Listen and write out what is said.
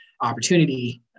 Opportunity